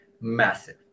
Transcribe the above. massive